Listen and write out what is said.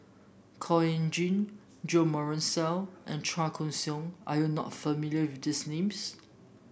Khor Ean Ghee Jo Marion Seow and Chua Koon Siong are you not familiar with these names